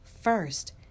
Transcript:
first